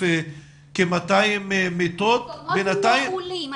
כ-200 מיטות --- במקומות נעולים,